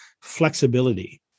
flexibility